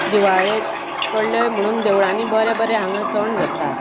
दिवाळेक कल्लय म्हणून देवळांनी बरे बरे हांगा सण जातात